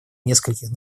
нескольких